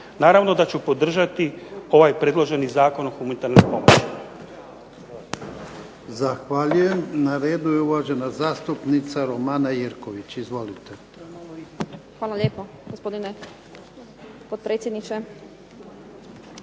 Naravno da ću podržati ovaj predloženi Zakon o humanitarnoj pomoći.